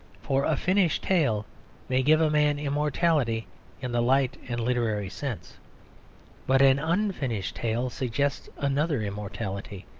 for a finished tale may give a man immortality in the light and literary sense but an unfinished tale suggests another immortality,